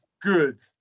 good